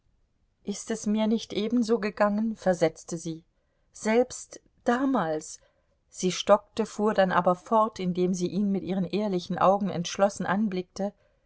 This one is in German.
ist es mir nicht ebenso gegangen versetzte sie selbst damals sie stockte fuhr dann aber fort indem sie ihn mit ihren ehrlichen augen entschlossen anblickte